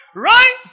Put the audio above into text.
Right